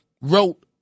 wrote